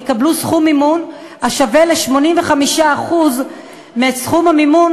יקבלו סכום מימון השווה ל-85% מסכום המימון